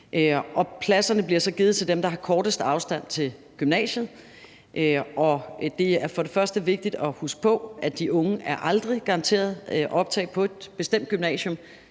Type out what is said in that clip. pladserne bliver så givet til dem, der har kortest afstand til gymnasiet. For det første er det vigtigt at huske på, at de unge aldrig er garanteret optag på et bestemt gymnasium,